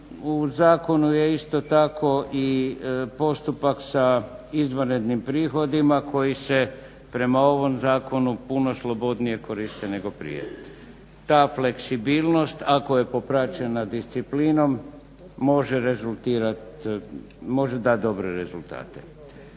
u zakonu je isto tako i postupak sa izvanrednim prihodima koji se prema ovom zakonu puno slobodnije koriste nego prije. Ta fleksibilnost ako je popraćena disciplinom može dati dobre rezultate.